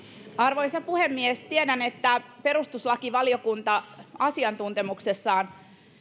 arvoisa puhemies tiedän että perustuslakivaliokunta asiantuntemuksessaan